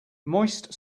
moist